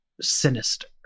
sinister